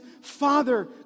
Father